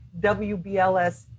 WBLS